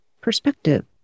perspective